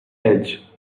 edge